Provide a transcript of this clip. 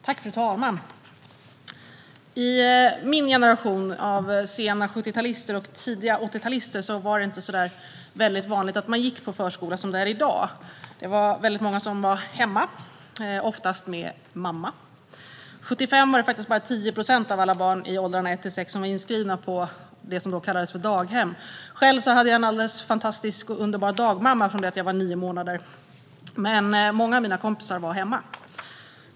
Fru talman! I min generation av sena sjuttiotalister och tidiga åttiotalister var det inte lika vanligt att man gick på förskola som det är i dag. Det var väldigt många som var hemma, oftast med mamma. År 1975 var faktiskt bara 10 procent av alla barn i åldrarna ett till sex år inskrivna på det som då kallades daghem. Själv hade jag en alldeles fantastisk och underbar dagmamma från det att jag var nio månader gammal, men många av mina kompisar var hemma.